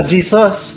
Jesus